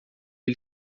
ele